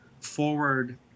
forward